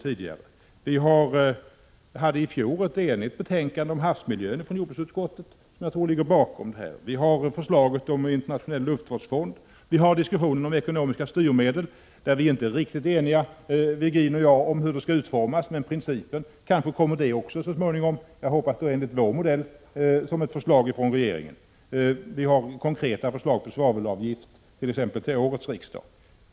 I fjol utarbetade jordbruksutskottet ett enigt betänkande om havsmiljön. Vidare finns ett förslag om en internationell luftvårdsfond. Diskussioner förs också om ekonomiska styrmedel, där Ivar Virgin och jag inte är riktigt eniga om hur ett sådant förslag skall utformas, men principen är vi överens om. Kanske kommer det ett förslag om detta så småningom från regeringen — enligt vår modell, hoppas jag. Det har också väckts förslag om en svavelavgift till årets riksdag.